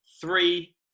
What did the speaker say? three